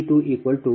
06 p